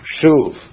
Shuv